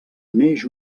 neix